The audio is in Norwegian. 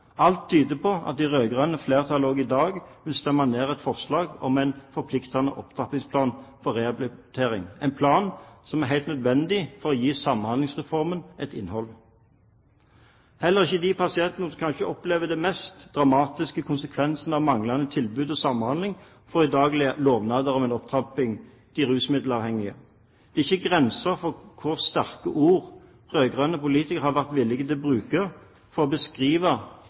Alt tyder på at det rød-grønne flertallet også i dag vil stemme ned et forslag om en forpliktende opptrappingsplan for rehabilitering, en plan som er helt nødvendig for å få gi Samhandlingsreformen et innhold. Heller ikke de pasientene som kanskje opplever de mest dramatiske konsekvensene av manglende tilbud og samhandling, får i dag lovnader om en opptrapping. Det er de rusmiddelavhengige. Det er ikke grenser for hvor sterke ord rød-grønne politikere har vært villige til å bruke for å beskrive